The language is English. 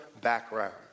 background